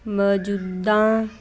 ਮੌਜੂਦਾ